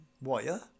wire